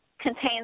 contains